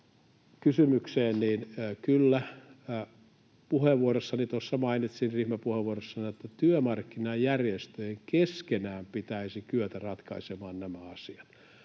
puheenvuorossani, ryhmäpuheenvuorossa, mainitsin, että työmarkkinajärjestöjen keskenään pitäisi kyetä ratkaisemaan nämä asiat,